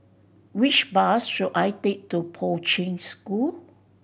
which bus should I take to Poi Ching School